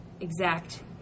exact